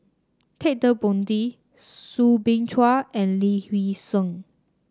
Ted De Ponti Soo Bin Chua and Lee Hee Seng